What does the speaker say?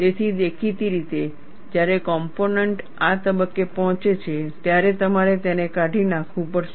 તેથી દેખીતી રીતે જ્યારે કોમ્પોનેન્ટ આ તબક્કે પહોંચે છે ત્યારે તમારે તેને કાઢી નાખવું પડશે